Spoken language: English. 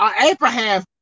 Abraham